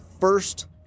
first